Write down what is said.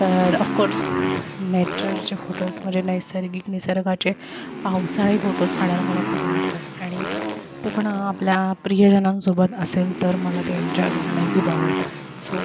तर अफकोर्स नॅचरचे फोटोज म्हणजे नैसर्गिक निसर्गाचे पावसाळे फोटोज काढायला मला खूप आवडतात आणि ते पण आपल्या प्रियजनांसोबत असेल तर मला ते एन्जॉय करायलाही खूप आवडतात सो